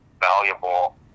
valuable